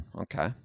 Okay